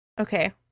Okay